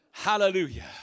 Hallelujah